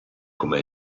come